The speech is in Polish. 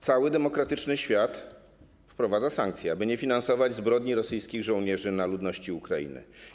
Cały demokratyczny świat wprowadza sankcje, aby nie finansować zbrodni rosyjskich żołnierzy na ludności Ukrainy.